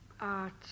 art